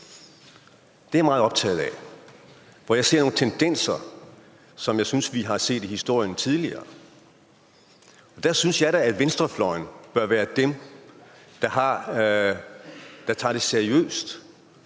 Det er jeg meget optaget af. For jeg ser nogle tendenser, som jeg synes vi tidligere har set i historien. Og jeg synes da, at venstrefløjen bør være dem, der tager det seriøst